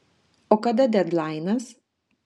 o kada dedlainas